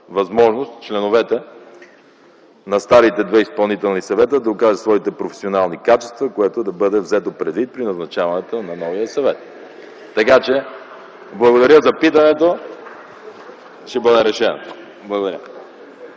възможност членовете на старите два изпълнителни съвета да покажат своите професионални качества, което да бъде взето предвид при назначаването на новия съвет. (Смях и оживление в залата.) Така че благодаря за питането. Ще бъде решено! Благодаря.